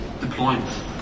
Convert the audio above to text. deployment